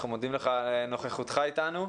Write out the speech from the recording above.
אנחנו מודים לך על נוכחותך אתנו.